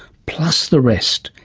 plus the rest.